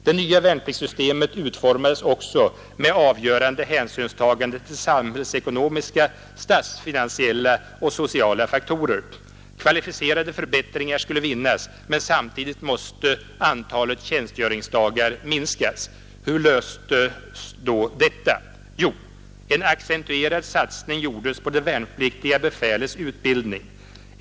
Det nya värnpliktssystemet utformades också med avgörande hänsynstagande till samhällsekonomiska, statsfinansiella och sociala faktorer. Kvalificerade förbättringar skulle vinnas men samtidigt måste antalet tjänstgöringsdagar minskas. Hur löstes då detta problem? Jo, en accentuerad satsning gjordes på det värnpliktiga befälets utbildning.